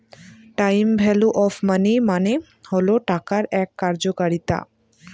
time value of money মানে হল টাকার এক কার্যকারিতা